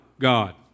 god